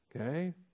Okay